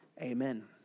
amen